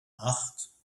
acht